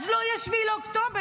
לא יהיה 7 באוקטובר.